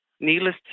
Needless